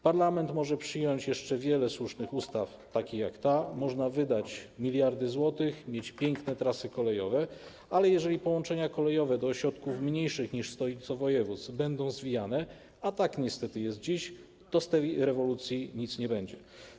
Parlament może przyjąć jeszcze wiele słusznych ustaw takich jak ta, można wydać miliardy złotych, mieć piękne trasy kolejowe, ale jeżeli połączenia kolejowe do ośrodków mniejszych niż stolice województw będą zwijane, a tak niestety jest dziś, to z tej rewolucji nic nie będzie.